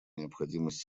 необходимость